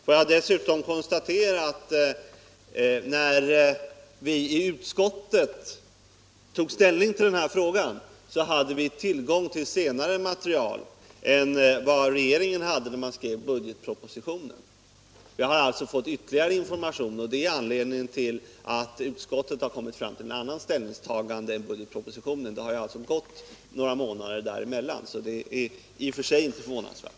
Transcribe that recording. Får jag dessutom konstatera att när vi i utskottet tog ställning till den här frågan hade vi tillgång till senare material än vad regeringen hade när man skrev budgetpropositionen. Vi har alltså fått ytterligare information, och det är anledningen till att utskottet har kommit fram till ett annat ställningstagande än regeringen har gjort i budgetpropositionen. Det har gått några månader däremellan, så det är i och för sig inte förvånansvärt.